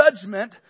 judgment